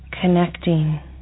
Connecting